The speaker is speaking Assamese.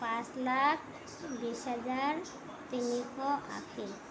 পাঁচ লাখ বিছ হাজাৰ তিনিশ আশী